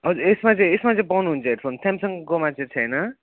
हजुर यसमा चाहिँ यसमा चाहिँ पाउनुहुन्छ हेडफोन स्यामसङकोमा चाहिँ छेन